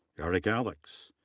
eric alex,